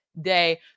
day